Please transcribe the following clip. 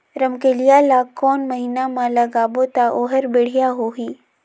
रमकेलिया ला कोन महीना मा लगाबो ता ओहार बेडिया होही?